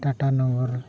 Tata Nagar